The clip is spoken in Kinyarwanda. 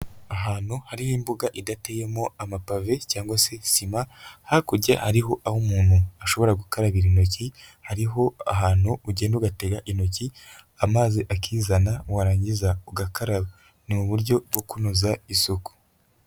Ahantu hari imbuga idateyemo amapave cyangwa se sima, hakurya hariho aho umuntu ashobora gukarabira intoki ,hariho ahantu ugena ugatera intoki amazi akizana warangiza ugakaraba ni uburyo bwo kunoza isuku.